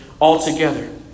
altogether